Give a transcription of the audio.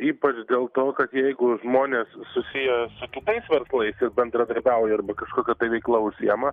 ypač dėl to kad jeigu žmonės susiję su kitais verslais ir bendradarbiauja arba kažkokia tai veikla užsiima